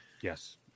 Yes